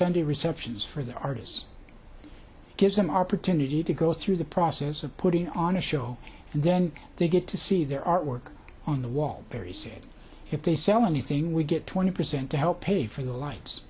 sunday receptions for the artists gives an opportunity to go through the process of putting on a show and then they get to see their artwork on the wall perry said if they sell anything we get twenty percent to help pay for the lights